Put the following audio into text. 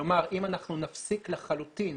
כלומר, אם אנחנו נפסיק לחלוטין